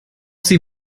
sie